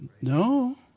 No